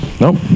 Nope